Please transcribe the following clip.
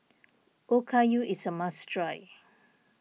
Okayu is a must try